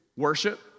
worship